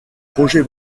projet